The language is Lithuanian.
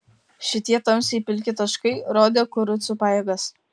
šitie tamsiai pilki taškai rodė kurucų pajėgas